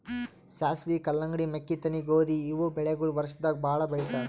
ಸಾಸ್ವಿ, ಕಲ್ಲಂಗಡಿ, ಮೆಕ್ಕಿತೆನಿ, ಗೋಧಿ ಇವ್ ಬೆಳಿಗೊಳ್ ವರ್ಷದಾಗ್ ಭಾಳ್ ಬೆಳಿತಾರ್